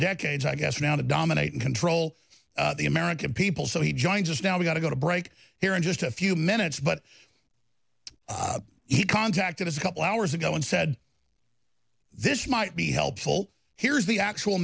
decades i guess now to dominate and control the american people so he joins us now we're going to go to break here in just a few minutes but he contacted us a couple hours ago and said this might be helpful here's the actual